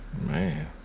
Man